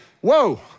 whoa